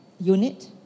unit